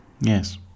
Yes